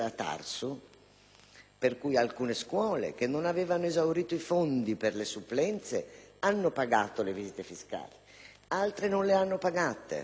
senso che alcune scuole che non avevano esaurito i fondi per le supplenze hanno pagato le visite fiscali, altre non le hanno pagate.